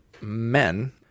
Men